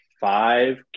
five